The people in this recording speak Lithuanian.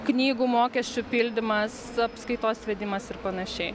knygų mokesčių pildymas apskaitos vedimas ir panašiai